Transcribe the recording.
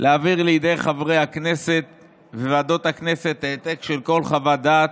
להעביר לידי חברי הכנסת וועדות הכנסת העתק של כל חוות דעת,